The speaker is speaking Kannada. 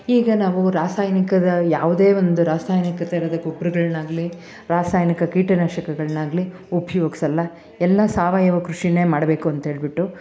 ಈಗ ನಾವು ರಾಸಾಯನಿಕದ ಯಾವುದೇ ಒಂದು ರಾಸಾಯನಿಕ ಥರದ ಗೊಬ್ಬರಗಳ್ನಾಗ್ಲಿ ರಾಸಾಯನಿಕ ಕೀಟನಾಶಕಗಳನ್ನಾಗ್ಲಿ ಉಪಯೋಗಿಸಲ್ಲ ಎಲ್ಲ ಸಾವಯವ ಕೃಷಿನೇ ಮಾಡಬೇಕು ಅಂತೇಳ್ಬಿಟ್ಟು